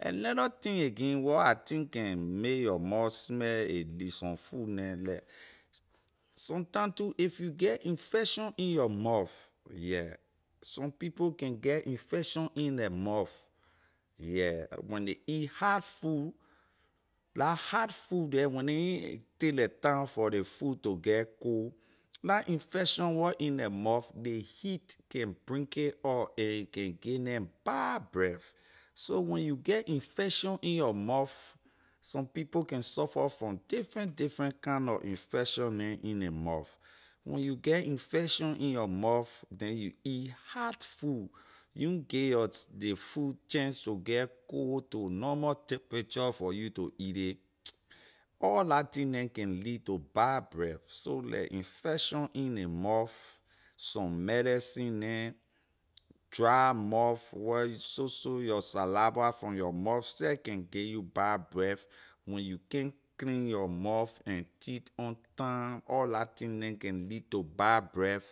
another thing again wor I think can make your mouth smell a ley some food neh sometime too if you get infection in your mouth yeah some people can get infection in their mouth yeah when ley eat hot food la hot food the when neh take la time for ley food to get cold la infection wor in their mouth ley heat can bring a or a can give neh bad breath so when you get infection in your mouth some people can suffer from different different kind nor infection neh in ley mouth when you get infection in your mouth then you eat hot food you na give your ley food chance to get cold to normal temperature for you to eat ley all lah tin neh can lead to bad breath so let infection in ley mouth some medicine neh dry mouth where so so your saliva from your mouth seh can give you bad breath when you can’t clean your mouth and teeth on time all lah tin and can lead to bad breath